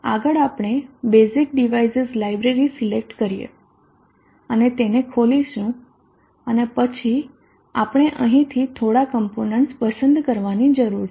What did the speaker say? આગળ આપણે basic devices library select કરીએ અને તેને ખોલીશું અને પછી આપણે અહીંથી થોડા કમ્પોનન્ટસ પસંદ કરવાની જરૂર છે